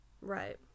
right